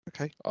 okay